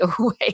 away